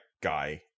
guy